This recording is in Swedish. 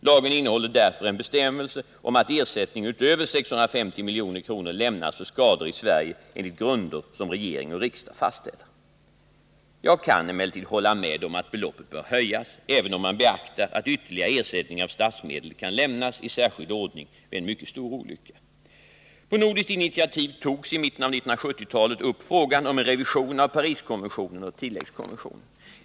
Lagen innehåller därför en bestämmelse om att ersättning utöver 650 milj.kr. lämnas för skador i Sverige enligt grunder som regering och riksdag fastställer. Jag kan emellertid hålla med om att beloppet bör höjas, även om man beaktar att ytterligare ersättning av statsmedel kan lämnas i särskild ordning vid en mycket stor olycka. På nordiskt initiativ togs i mitten av 1970-talet upp frågan om en revision av Pariskonventionen och tilläggskonventionen.